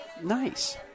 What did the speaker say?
Nice